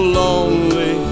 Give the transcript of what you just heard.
lonely